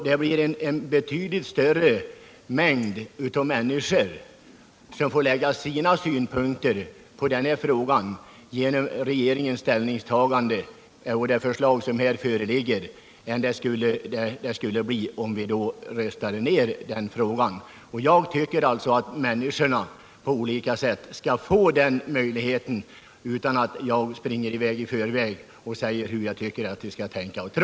Det blir en betydligt större mängd människor som får lägga fram sina synpunkter på frågan genom regeringens ställningstagande i det förslag som föreligger än det skulle bli om vi röstade ner det förslaget. Jag tycker alltså att människorna på olika sätt skall få den möjligheten, utan att jag springer i förväg och säger hur jag tycker att man skall tänka och tro.